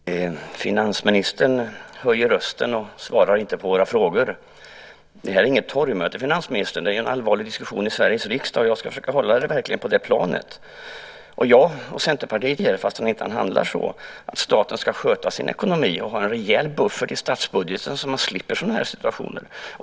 Fru talman! Finansministern höjer rösten och svarar inte på våra frågor. Det här är inget torgmöte, finansministern. Det är en allvarlig diskussion i Sveriges riksdag. Jag ska verkligen försöka att hålla den på det planet. Jag och Centerpartiet är fullständigt överens med det som finansministern nu säger fastän han inte handlar så. Staten ska sköta sin ekonomi och ha en rejäl buffert i statsbudgeten så att man slipper sådana här situationer.